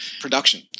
production